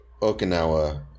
Okinawa